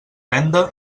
venda